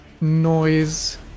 noise